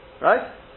right